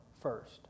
first